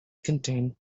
contain